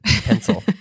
Pencil